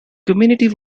community